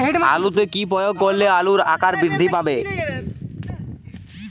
আলুতে কি প্রয়োগ করলে আলুর আকার বৃদ্ধি পাবে?